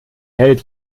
hält